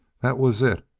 that was it.